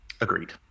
Agreed